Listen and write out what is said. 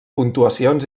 puntuacions